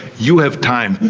you have time,